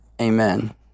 Amen